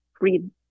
read